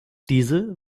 diese